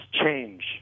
change